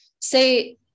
Say